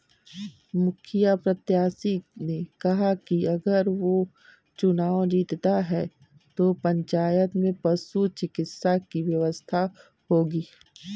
मुखिया प्रत्याशी ने कहा कि अगर वो चुनाव जीतता है तो पंचायत में पशु चिकित्सा की व्यवस्था होगी